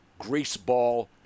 greaseball